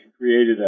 created